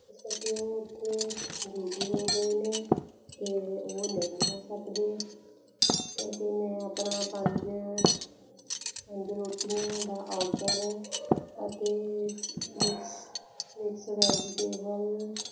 ਜਿਸ ਕਰਕੇ ਉਹ ਉੱਥੇ ਬਿਜੀ ਹੋ ਗਏ ਨੇ ਅਤੇ ਉਹ ਨਹੀਂ ਆ ਸਕਦੇ ਇਸ ਕਰਕੇ ਮੈਂ ਆਪਣਾ ਪੰਜ ਪੰਜ ਰੋਟੀਆਂ ਦਾ ਔਡਰ ਅਤੇ ਮਿਕਸ ਮਿਕਸ ਵੈਜੀਟੇਬਲ